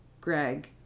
Greg